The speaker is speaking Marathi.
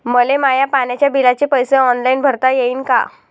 मले माया पाण्याच्या बिलाचे पैसे ऑनलाईन भरता येईन का?